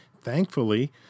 Thankfully